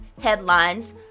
headlines